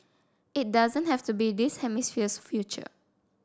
it doesn't have to be this hemisphere's future